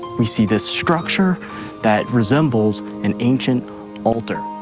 we see this structure that resembles an ancient altar,